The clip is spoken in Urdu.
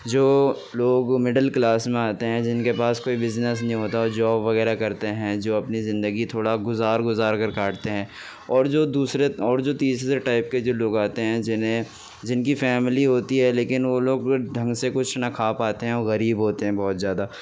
جو لوگ مڈل کلاس میں آتے ہیں جن کے پاس کوئی بزنس نہیں ہوتا اور جاب وغیرہ کرتے ہیں جو اپنی زندگی تھوڑا گزار گزار کر کاٹتے ہیں اور جو دوسرے اور جو تیسرے ٹائپ کے جو لوگ آتے ہیں جنہیں جن کی فیملی ہوتی ہے لیکن وہ لوگ ڈھنگ سے کچھ نہ کھا پاتے ہیں وہ غریب ہوتے ہیں بہت زیادہ